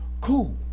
cool